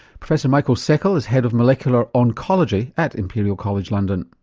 professor michael seckl is head of molecular oncology at imperial college london.